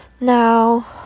Now